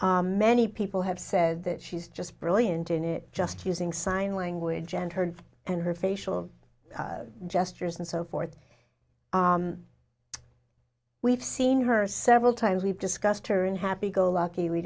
many people have said that she's just brilliant and it just using sign language and her and her facial gestures and so forth we've seen her several times we've discussed her in happy go lucky